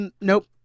Nope